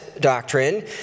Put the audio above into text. doctrine